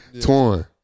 torn